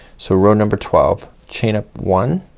so row number twelve chain up one,